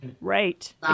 right